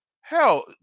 hell